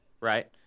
right